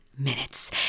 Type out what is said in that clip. Minutes